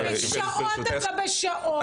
שעות על גבי שעות.